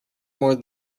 more